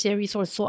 resource